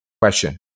question